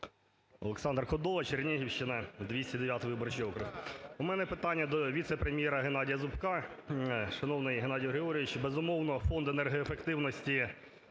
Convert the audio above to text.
Олександр Кодола, Чернігівщина 209 виборчий округ. У мене питання до віце-прем'єра Геннадія Зубка. Шановний Геннадій Григорович, безумовно, Фонд енергоефективності